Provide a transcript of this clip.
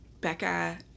becca